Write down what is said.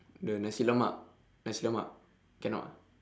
the nasi-lemak nasi-lemak cannot ah